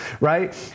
right